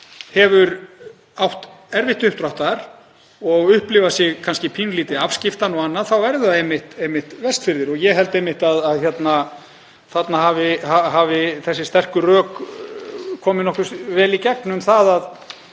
hefur átt erfitt uppdráttar og upplifað sig kannski pínulítið afskiptan og annað eru það einmitt Vestfirðir. Ég held að þarna hafi þessi sterku rök komið nokkuð vel í gegn um að